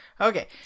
Okay